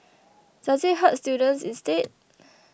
does it hurt students instead